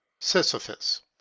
Sisyphus